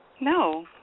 No